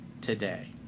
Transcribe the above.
today